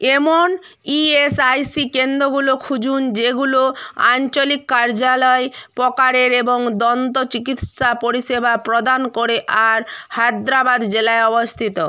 এমন ইএসআইসি কেন্দ্রগুলো খুঁজুন যেগুলো আঞ্চলিক কার্যালয় প্রকারের এবং দন্তচিকিৎসা পরিষেবা প্রদান করে আর হায়দ্রাবাদ জেলায় অবস্থিত